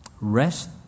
Rest